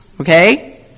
Okay